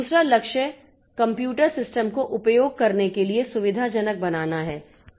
दूसरा लक्ष्य computer system को उपयोग करने के लिए सुविधाजनक बनाना है